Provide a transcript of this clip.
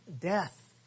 death